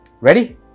Ready